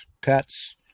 pets